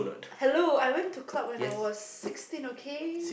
hello I went to club when I was sixteen okay